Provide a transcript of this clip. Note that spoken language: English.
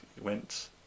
went